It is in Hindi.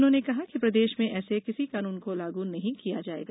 उन्होंने कहा कि प्रदेश में ऐसे किसी कानून को लागू नहीं किया जायेगा